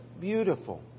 beautiful